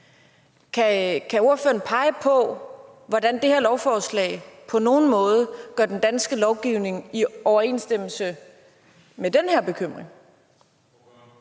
Kan ordføreren pege på, hvordan det her lovforslag på nogen måde gør den danske lovgivning i overensstemmelse med den her bekymring?